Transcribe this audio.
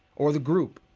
or the group